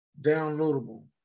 downloadable